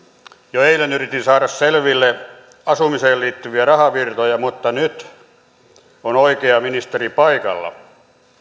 jo eilen yritin saada selville asumiseen liittyviä rahavirtoja mutta nyt on oikea ministeri paikalla